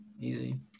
Easy